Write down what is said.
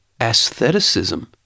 aestheticism